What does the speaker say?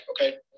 okay